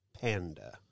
Panda